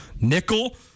nickel